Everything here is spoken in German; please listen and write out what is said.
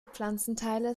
pflanzenteile